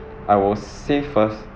I will save first